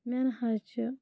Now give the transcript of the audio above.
مےٚ نہ حظ چھِ